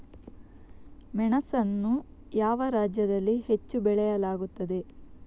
ಮೆಣಸನ್ನು ಯಾವ ರಾಜ್ಯದಲ್ಲಿ ಹೆಚ್ಚು ಬೆಳೆಯಲಾಗುತ್ತದೆ?